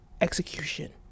execution